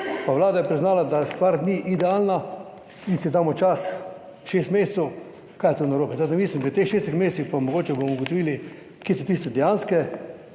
pa Vlada je priznala, da stvar ni idealna in si damo čas šest mesecev, kaj je to narobe? Tako, da mislim v teh šestih mesecih pa mogoče bomo ugotovili, kje so tiste dejanske